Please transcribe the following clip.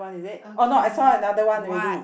okay what